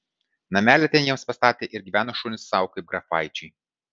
namelį ten jiems pastatė ir gyveno šunys sau kaip grafaičiai